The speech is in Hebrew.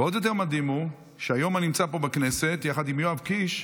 ועוד יותר מדהים הוא שהיום אני נמצא פה בכנסת יחד עם יואב קיש,